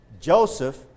Joseph